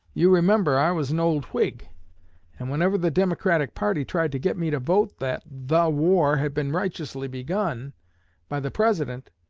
you remember i was an old whig and whenever the democratic party tried to get me to vote that the war had been righteously begun by the president,